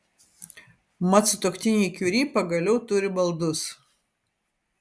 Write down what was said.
mat sutuoktiniai kiuri pagaliau turi baldus